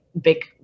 big